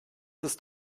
ist